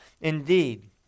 Indeed